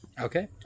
Okay